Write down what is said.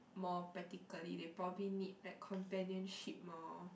more practically they probably need like companionship more